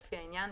לפי העניין,